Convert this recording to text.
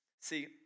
See